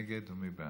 מי נגד?